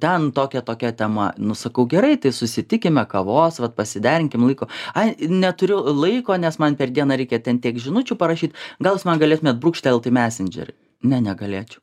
ten tokia tokia tema nu sakau gerai tai susitikime kavos vat pasiderinkim laiko ai neturiu laiko nes man per dieną reikia ten tiek žinučių parašyt gal jūs man galėtumėt brūkštelt į mesendžerį ne negalėčiau